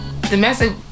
domestic